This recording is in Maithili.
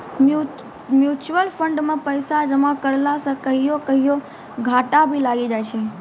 म्यूचुअल फंड मे पैसा जमा करला से कहियो कहियो घाटा भी लागी जाय छै